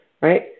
right